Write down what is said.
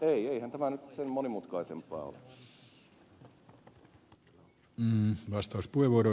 eihän tämä nyt sen monimutkaisempaa ole